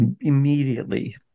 immediately